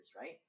right